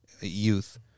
...youth